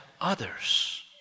others